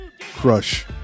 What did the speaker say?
Crush